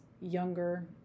younger